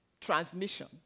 transmission